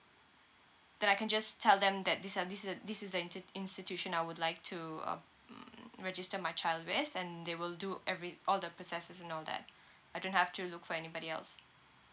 then I can just tell them that this uh this is the this is the inti~ institution I would like to um mm register my child with and they will do every all the processes and all that I don't have to look for anybody else